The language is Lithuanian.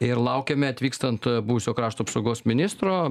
ir laukiame atvykstant buvusio krašto apsaugos ministro